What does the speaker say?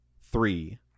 three